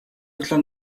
өглөө